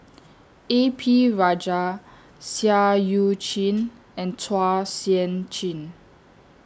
A P Rajah Seah EU Chin and Chua Sian Chin